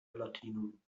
latinum